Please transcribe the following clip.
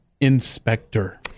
inspector